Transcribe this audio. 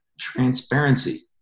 Transparency